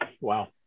wow